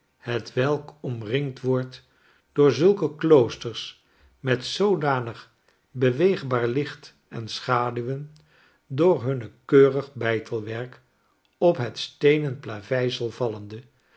hetwelk omringd wordt door zulke kloosters met zoodanig beweegbaar licht en schaduwen door hun keurig beitelwerk op het steenen plaveisel vallende